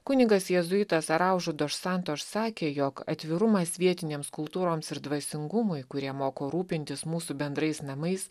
kunigas jėzuitas araužu dor santor sakė jog atvirumas vietinėms kultūroms ir dvasingumui kurie moko rūpintis mūsų bendrais namais